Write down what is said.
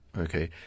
Okay